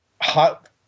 hot